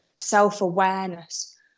self-awareness